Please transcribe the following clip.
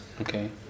Okay